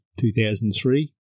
2003